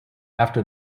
after